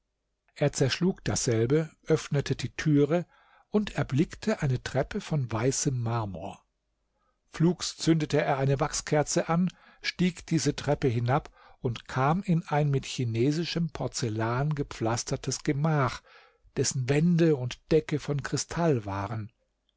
er zerschlug dasselbe öffnete die türe und erblickte eine treppe von weißem marmor flugs zündete er eine wachskerze an stieg diese treppe hinab und kam in ein mit chinesischem porzellan gepflastertes gemach dessen wände und decke von kristall waren